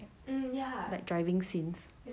like driving scene